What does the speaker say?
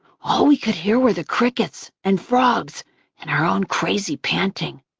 all we could hear were the crickets and frogs and our own crazy panting.